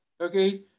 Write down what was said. Okay